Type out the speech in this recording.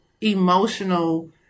emotional